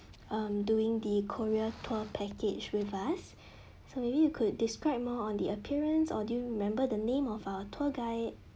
um doing the korea tour package with us so maybe you could describe more on the appearance or do you remember the name of our tour guide